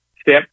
step